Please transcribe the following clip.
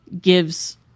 gives –